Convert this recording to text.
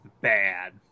bad